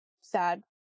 sad